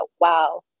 wow